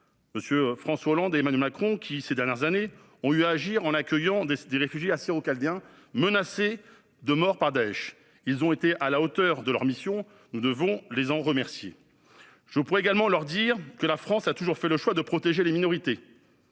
MM. François Hollande et Emmanuel Macron, qui, ces dernières années, ont eu à agir en accueillant des réfugiés assyro-chaldéens menacés de mort par Daech. Ils ont été à la hauteur de leur mission : nous devons les en remercier. Je pourrais également leur dire que la France a toujours fait le choix de protéger les minorités,